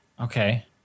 okay